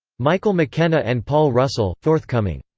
micheal mckenna and paul russell, forthcoming.